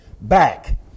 back